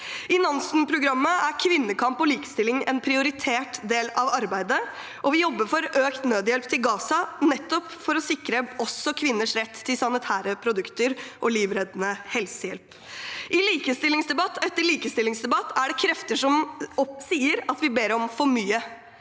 I Nansen-programmet er kvinnekamp og likestilling en prioritert del av arbeidet, og vi jobber for økt nødhjelp til Gaza, for også å sikre kvinners rett til sanitære produkter og livreddende helsehjelp. I likestillingsdebatt etter likestillingsdebatt er det krefter som sier at vi ber om for mye,